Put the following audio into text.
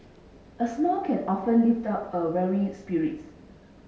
a smile can often lift up a weary spirits